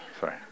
sorry